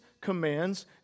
commands